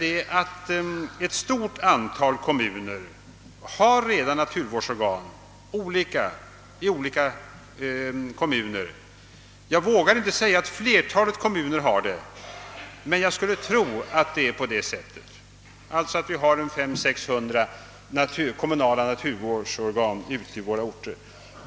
Ett stort antal kommuner har redan särskilda naturvårdsorgan, olika i olika kommuner, kanske inte alla kommuner men jag skulle tro att flertalet har det. Det finns alltså 500—600 kommunala naturvårdsorgan ute i orterna.